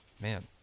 Man